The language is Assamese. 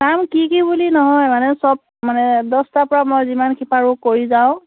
কাম কি কি বুলি নহয় মানে চব মানে দহটাৰ পৰা মই যিমান খিনি পাৰো কৰি যাওঁ